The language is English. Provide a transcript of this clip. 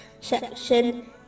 section